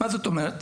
מה זאת אומרת?